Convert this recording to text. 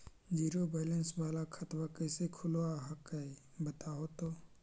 Zero balance वाला खतवा कैसे खुलो हकाई बताहो तो?